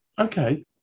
Okay